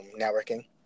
networking